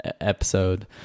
episode